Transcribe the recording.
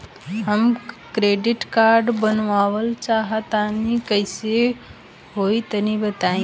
हम credit card बनवावल चाह तनि कइसे होई तनि बताई?